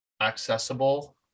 accessible